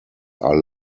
are